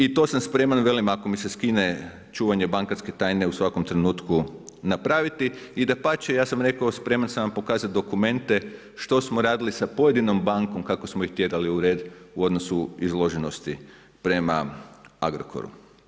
I to sam spreman, ako mi se skine čuvanje bankarske tajne u svakom trenutku napraviti i dapače, rekao sam spreman sam vam pokazati dokumente što smo radili sa pojedinom bankom kako smo ih tjerali u red u odnosu izloženosti prema Agrokoru.